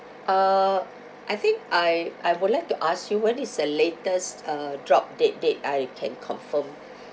uh I think I I would like to ask you when is the latest uh drop date date I can confirm